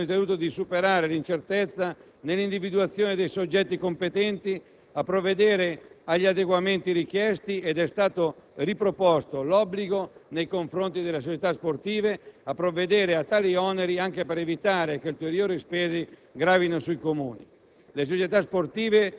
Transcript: Anche qui le Commissioni hanno ritenuto di superare l'incertezza nell'individuazione dei soggetti competenti a provvedere agli adeguamenti richiesti ed è stato riproposto l'obbligo nei confronti delle società sportive di provvedere a tali oneri, anche per evitare che ulteriori spese gravino sui Comuni.